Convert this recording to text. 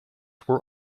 were